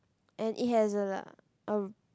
and it has a lah um